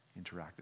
interacted